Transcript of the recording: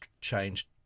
changed